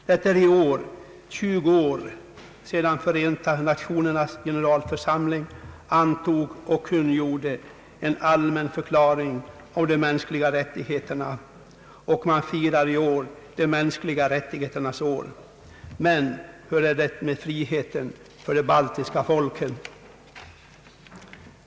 Det är i år 20 år sedan Förenta nationernas generalförsamling antog och kungjorde en allmän förklaring om de mänskliga rättigheterna, och vi firar i år de mänskliga rättigheternas år. Men hur är det med friheten för de baltiska folken?